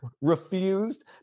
refused